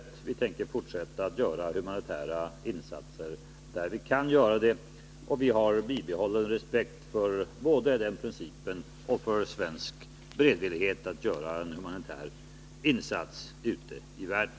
upparbetning av Vi tänker fortsätta att göra humanitära insatser där vi kan göra dem, och vi — kärnkraftsavfall, har bibehållen respekt för både den principen och för svensk beredvillighet att göra en humanitär insats ute i världen.